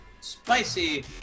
spicy